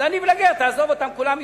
לעני ולגר תעזוב אותם, כולם יודעים.